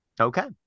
Okay